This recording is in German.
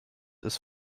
ist